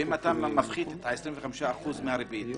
ואם אתה מפחית את ה-25% מהריבית,